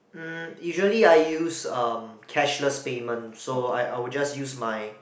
mm usually I use um cashless payments so I I would just use my